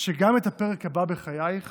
שגם את הפרק הבא בחייך